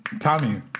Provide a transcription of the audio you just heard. Tommy